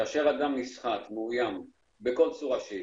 כאשר אדם נסחט, מאוים בכל צורה שהיא,